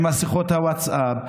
עם שיחות הווטסאפ,